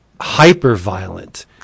hyper-violent